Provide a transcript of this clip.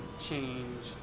change